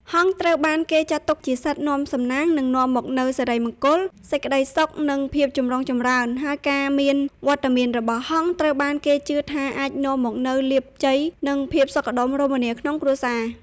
ហង្សត្រូវបានគេចាត់ទុកជាសត្វនាំសំណាង និងនាំមកនូវ សិរីមង្គល សេចក្តីសុខ និង ភាពចម្រុងចម្រើន ហើយការមានវត្តមានរបស់ហង្ស ត្រូវបានគេជឿថាអាចនាំមកនូវលាភជ័យ និងភាពសុខដុមរមនាក្នុងគ្រួសារ។